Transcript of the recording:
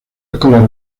escolar